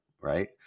right